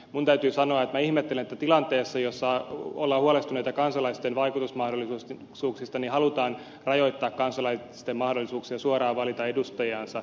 minun täytyy sanoa että minä ihmettelen että tilanteessa jossa ollaan huolestuneita kansalaisten vaikutusmahdollisuuksista halutaan rajoittaa kansalaisten mahdollisuuksia suoraan valita edustajansa